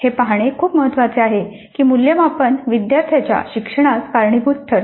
हे पाहणे खूप महत्वाचे आहे की मूल्यमापन विद्यार्थ्यांच्या शिक्षणास कारणीभूत ठरते